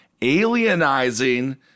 alienizing